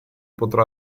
potrà